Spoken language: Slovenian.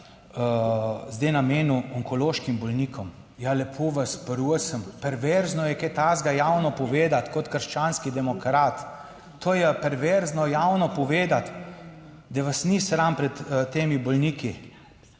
zdaj namenil onkološkim bolnikom. Ja, lepo vas prosim, perverzno je kaj takega javno povedati kot krščanski demokrat? To je perverzno javno povedati? Da vas ni sram pred temi bolniki!